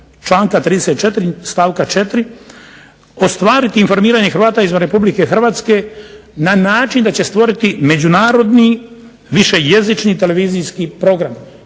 članka 34. stavka 4. Ostvariti informiranje Hrvata izvan Republike Hrvatske na način da će stvoriti međunarodni višejezični televizijski program.